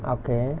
okay